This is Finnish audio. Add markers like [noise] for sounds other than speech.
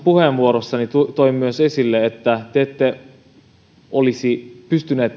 puheenvuorossani toin esille myös että te ette olisi pystyneet [unintelligible]